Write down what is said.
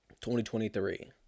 2023